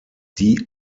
die